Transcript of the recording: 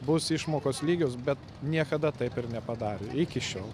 bus išmokos lygios bet niekada taip ir nepadarė iki šiol